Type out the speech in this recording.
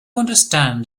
understand